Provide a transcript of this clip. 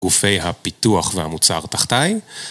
גופי הפיתוח והמוצר תחתי